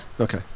Okay